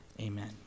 amen